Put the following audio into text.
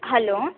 hello